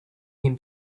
him